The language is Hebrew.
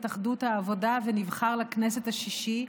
אחדות העבודה ונבחר לכנסת השישית,